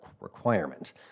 requirement